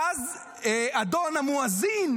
ואז אדון המואזין,